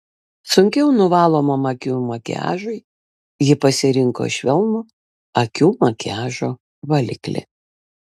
sunkiau nuvalomam akių makiažui ji pasirinko švelnų akių makiažo valiklį